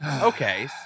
Okay